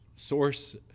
Source